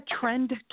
trend